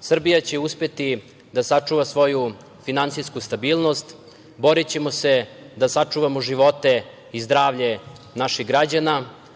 Srbija će uspeti da sačuva svoju finansijsku stabilnost. Borićemo se da sačuvamo živote i zdravlje naših građana,